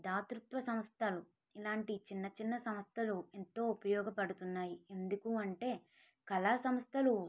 దాతృత్వ సంస్థలు ఇలాంటి చిన్న చిన్న సంస్థలు ఎంతో ఉపయోగపడుతున్నాయి ఎందుకు అంటే కళా సంస్థలు